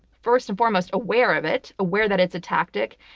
first and foremost, aware of it, aware that it's a tactic.